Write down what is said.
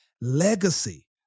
legacy